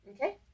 okay